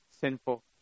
sinful